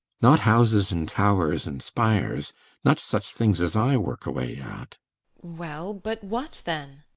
not houses and towers, and spires not such things as i work away at well, but what then?